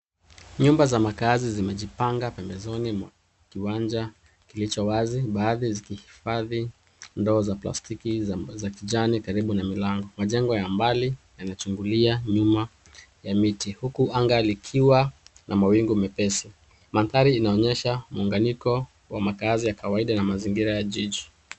Nyumba za makazi zimejipanga pembezoni mwa kiwanja kilicho wazi, baadhi zikihifadhi ndoo za plastiki za kijani karibu na milango .Majengo ya mbali yanachungulia nyuma ya miti huku anga likiwa na mawingu mepesi. Mandhari inaonyesha muunganyiko wa makazi ya kawaida na mazingira ya jiji.